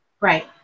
Right